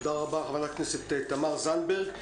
תודה רבה חברת הכנסת תמר זנדברג.